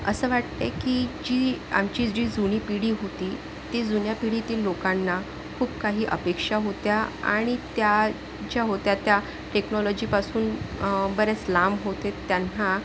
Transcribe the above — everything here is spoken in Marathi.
असं वाटते की जी आमची जी जुनी पिढी होती ती जुन्या पिढीतील लोकांना खूप काही अपेक्षा होत्या आणि त्या ज्या होत्या त्या टेक्नॉलॉजीपासून बरेच लांब होते त्यांना